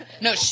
No